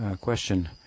Question